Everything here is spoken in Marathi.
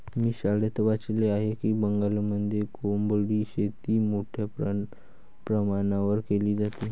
मी शाळेत वाचले आहे की बंगालमध्ये कोळंबी शेती मोठ्या प्रमाणावर केली जाते